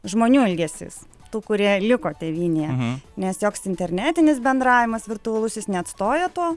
žmonių ilgesys tų kurie liko tėvynėje nes joks internetinis bendravimas virtualusis neatstoja to